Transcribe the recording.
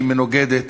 היא מנוגדת